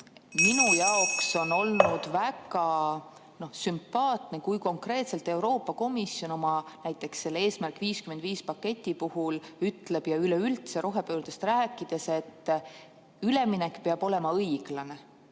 Minu jaoks on olnud väga sümpaatne, kui konkreetselt Euroopa Komisjon näiteks selle "Eesmärk 55" paketi puhul ja üleüldse rohepöördest rääkides ütleb, et üleminek peab olema õiglane.